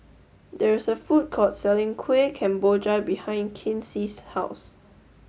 there is a food court selling Kueh Kemboja behind Kinsey's house